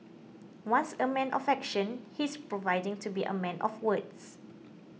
once a man of action he is providing to be a man of words